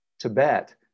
Tibet